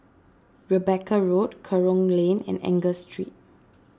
Rebecca Road Kerong Lane and Angus Street